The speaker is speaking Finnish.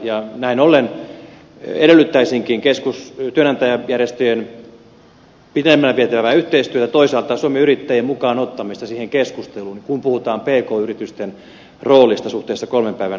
näin ollen edellyttäisinkin työnantajajärjestöjen pitemmälle vietävää yhteistyötä ja toisaalta suomen yrittäjien mukaanottamista siihen keskusteluun kun puhutaan pk yritysten roolista suhteessa kolmen päivän koulutusoikeuteen